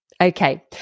Okay